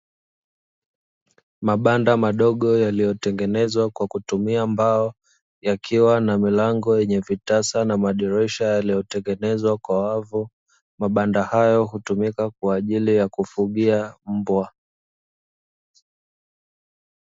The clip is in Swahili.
Mabanda madogo yaliyotengenezwa kwa kutumia mbao yakiwa na milango yenye vitasa na madirisha yaliyotengenezwa kwa wavu. Mabanda hayo hutumika kwa ajili ya kufugia mbwa.